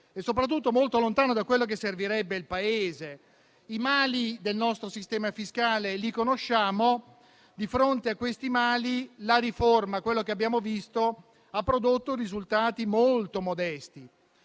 e soprattutto molto lontano da ciò che servirebbe al Paese. I mali del nostro sistema fiscale li conosciamo, ma di fronte ad essi la riforma, stando a quello che abbiamo visto, ha prodotto risultati molto modesti.